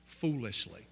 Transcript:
foolishly